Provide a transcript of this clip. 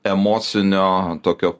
emocinio tokio